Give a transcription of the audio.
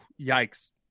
yikes